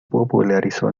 popularizó